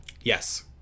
Yes